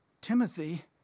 Timothy